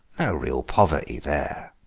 no real poverty there.